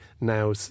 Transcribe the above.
now